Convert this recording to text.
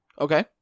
Okay